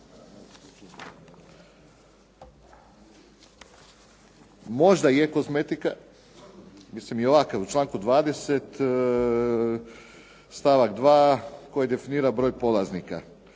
možda je kozmetika. Mislim i ovakav u članku 20. stavak 2. koji definira broj polaznika,